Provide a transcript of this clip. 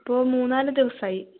ഇപ്പോൾ മൂന്നാല് ദിവസമായി